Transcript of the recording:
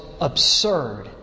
absurd